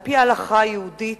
על-פי ההלכה היהודית,